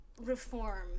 reform